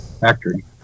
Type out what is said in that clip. factory